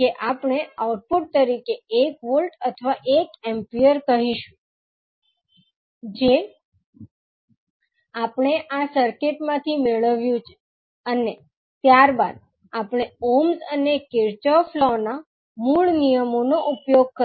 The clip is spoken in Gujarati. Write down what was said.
કે આપણે આઉટપુટ તરીકે એક વોલ્ટ અથવા એક એમ્પીયર કહીશું જે આપણે આ સર્કિટમાંથી મેળવ્યું છે અને ત્યારબાદ આપણે ઓહ્મ્સ અને કિર્ચોફ લો ના મૂળ નિયમોનો ઉપયોગ કરીશું